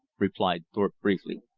replied thorpe briefly.